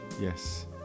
Yes